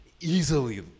easily